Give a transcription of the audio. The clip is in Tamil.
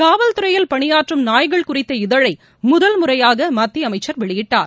காவல்துறையில் பணியாற்றும் நாய்கள் குறித்த இதழை முதல் முறையாக மத்திய அமைச்சர் வெளியிட்டார்